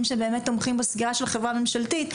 שבאמת תומכים בסגירה של חברה ממשלתית,